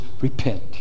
repent